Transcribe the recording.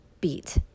beat